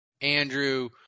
andrew